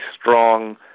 strong